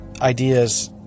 ideas